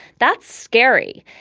that's scary.